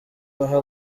baha